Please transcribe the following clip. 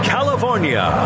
California